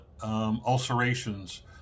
ulcerations